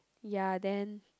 ya then